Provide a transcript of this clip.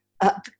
up